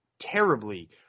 terribly